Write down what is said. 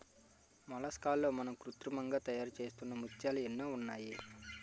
మొలస్కాల్లో మనం కృత్రిమంగా తయారుచేస్తున్న ముత్యాలు ఎన్నో ఉన్నాయి